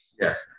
Yes